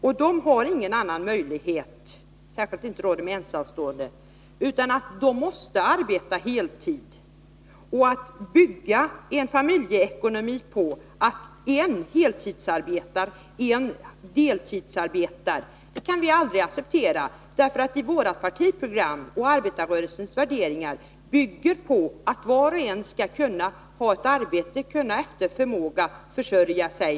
Särskilt de ensamstående med barn har ingen annan möjlighet än att arbeta heltid. Att bygga en familjeekonomi på att en heltidsarbetar och att en deltidsarbetar kan vi aldrig acceptera. Vårt partiprogram och arbetarrörelsens värderingar bygger på att var och en skall kunna ha ett arbete och efter förmåga kunna försörja sig.